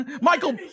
Michael